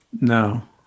No